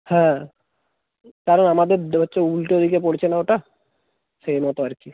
হ্যাঁ কারণ আমাদের দো হচ্ছে উলটো দিকে পড়ছে না ওটা সেই মতো আর কি